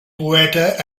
poeta